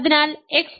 അതിനാൽ x a